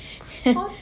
!huh!